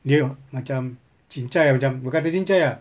dia macam cincai ah macam bukan kata cincai ah